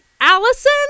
Allison